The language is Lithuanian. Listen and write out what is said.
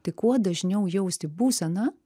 tai kuo dažniau jausti būseną